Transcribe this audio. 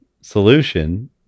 solution